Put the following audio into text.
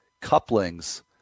couplings